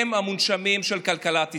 הם המונשמים של כלכלת ישראל.